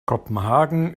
kopenhagen